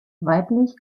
weiblich